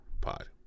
pod